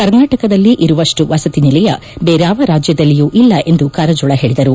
ಕರ್ನಾಟದಲ್ಲಿ ಇರುವಷ್ಟು ವಸತಿ ನಿಲಯ ಬೇರಾವ ರಾಜ್ಯದಲ್ಲಿಯೂ ಇಲ್ಲ ಎಂದು ಕಾರಜೋಳ ಹೇಳಿದರು